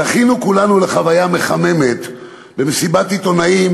זכינו כולנו לחוויה מחממת במסיבת עיתונאים